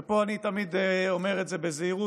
ופה אני תמיד אומר את זה בזהירות,